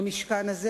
במשכן הזה,